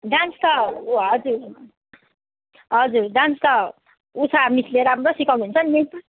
dance त ऊ हजुर हजुर डान्स त उषा मिसले राम्रो सिकाउनु हुन्छ नि मिस